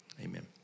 Amen